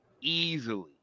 Easily